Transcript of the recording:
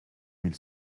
mille